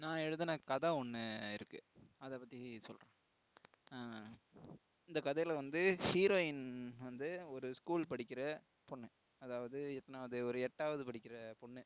நான் எழுதின கதை ஒன்று இருக்கு அதைப்பத்தி சொல்கிறேன் இந்த கதையில் வந்து ஹீரோயின் வந்து ஒரு ஸ்கூல் படிக்கிற பொண்ணு அதாவது எத்தனாவது ஒரு எட்டாவது படிக்கிற பொண்ணு